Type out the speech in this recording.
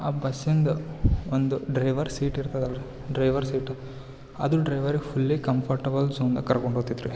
ಆ ಬಸಿಂದು ಒಂದು ಡ್ರೈವರ್ ಸೀಟ್ ಇರ್ತದಲ್ಲ ರೀ ಡ್ರೈವರ್ ಸೀಟ್ ಅದು ಡ್ರೈವರಿಗೆ ಫುಲ್ಲಿ ಕಂಫರ್ಟೆಬಲ್ ಜೋನ್ದಾಗ್ ಕರ್ಕೊಂಡು ಹೋಗ್ತದ ರೀ